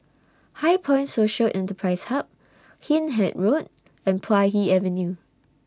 HighPoint Social Enterprise Hub Hindhede Road and Puay Hee Avenue